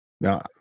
No